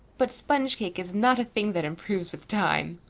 but sponge cake is not a thing that improves with time.